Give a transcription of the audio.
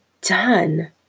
done